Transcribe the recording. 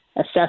assess